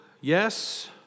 yes